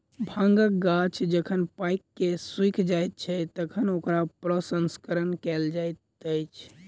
भांगक गाछ जखन पाइक क सुइख जाइत छै, तखन ओकरा प्रसंस्करण कयल जाइत अछि